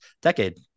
decade